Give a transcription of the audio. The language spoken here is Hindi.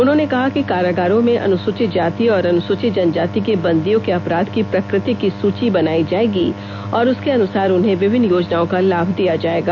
उन्होंने कहा कि कारागारों में अनुसूचित जाति और अनुसूचित जनजाति के बंदियों के अपराध की प्रकृति की सूची बनाई जाएगी और उसके अनुसार उन्हें विभिन्न योजनाओं का लाभ दिया जाएगा